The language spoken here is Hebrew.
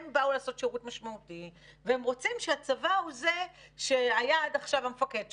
הם באו לעשות שירות משמעותי והם רוצים שהצבא שהיה עד עכשיו המפקד שלהם,